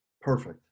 Perfect